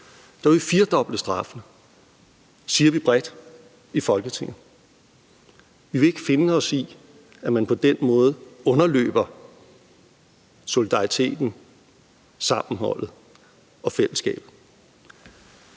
vil vi firedoble straffen. Det siger vi bredt i Folketinget. Vi vil ikke finde os i, at man på den måde underløber solidariteten, sammenholdet og fællesskabet.